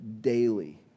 daily